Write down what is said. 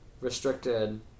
restricted